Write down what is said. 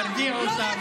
תרגיעו אותה,